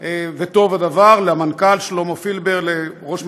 זה דבר חשוב מאוד,